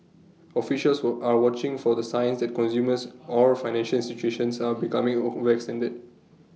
officials were are watching for the signs that consumers or financial institutions are becoming overextended